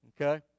Okay